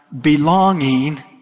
belonging